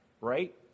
right